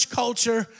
culture